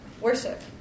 Worship